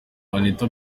anita